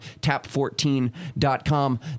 Tap14.com